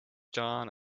john